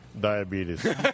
diabetes